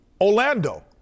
Orlando